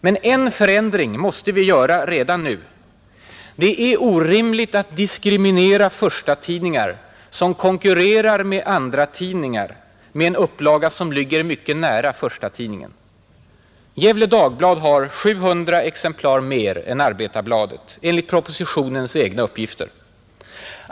Men en förändring måste vi göra redan nu, Det är orimligt att diskriminera förstatidningar som konkurrerar med andratidningar med en upplaga som ligger mycket nära förstatidningen. Gefle Dagblad har 700 exemplar mer än Arbetarbladet, enligt propositionens egna uppgifter.